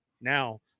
now